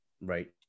Right